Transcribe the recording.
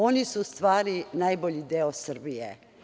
Oni su u stvari najbolji deo Srbije.